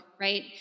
right